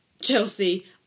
Chelsea